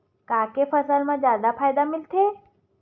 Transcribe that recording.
का के फसल मा जादा फ़ायदा मिलथे?